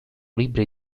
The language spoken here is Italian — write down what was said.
libri